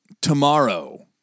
Tomorrow